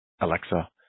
Alexa